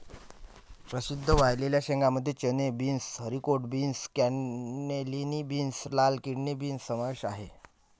प्रसिद्ध वाळलेल्या शेंगांमध्ये चणे, beans, haricot beans, cannellini beans, लाल किडनी बीन्स समावेश आहे